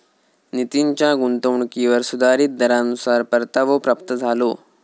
नितीनच्या गुंतवणुकीवर सुधारीत दरानुसार परतावो प्राप्त झालो